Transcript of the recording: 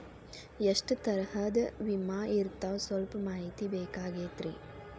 ಎಷ್ಟ ತರಹದ ವಿಮಾ ಇರ್ತಾವ ಸಲ್ಪ ಮಾಹಿತಿ ಬೇಕಾಗಿತ್ರಿ